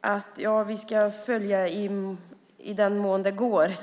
att vi ska följa det i den mån det går.